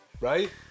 Right